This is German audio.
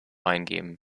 eingeben